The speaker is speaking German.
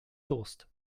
durst